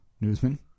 Newsman